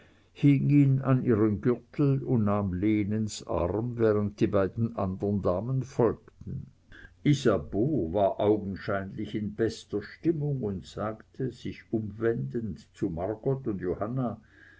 an ihren gürtel und nahm lenens arm während die beiden andern damen folgten isabeau war augenscheinlich in bester stimmung und sagte sich umwendend zu margot und johanna